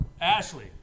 Ashley